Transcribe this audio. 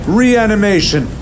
reanimation